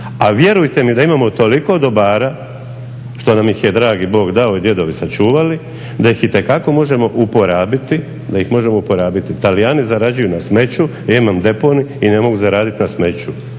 a vjerujte mi da imamo toliko dobara što nam ih je dragi Bog dao i djedovi sačuvali, da ih itekako možemo uporabiti. Talijani zarađuju na smeću, ja imam deponij i ne mogu zaradit na smeću,